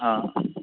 हँ